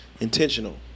intentional